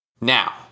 Now